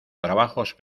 trabajos